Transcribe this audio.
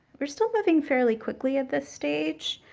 we're still moving fairly quickly at this stage,